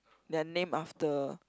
they are named after